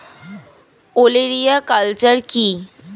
ওলেরিয়া কালচার কি?